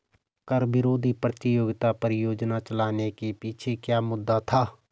कर विरोधी प्रतियोगिता परियोजना चलाने के पीछे क्या मुद्दा था?